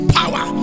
power